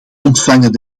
ontvangen